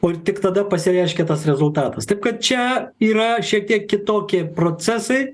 o ir tik tada pasireiškia tas rezultatas tai kad čia yra šiek tiek kitokie procesai